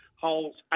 holds